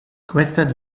questa